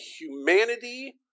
humanity